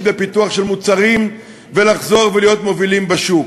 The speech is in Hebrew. בפיתוח של מוצרים ולחזור ולהיות מובילים בשוק.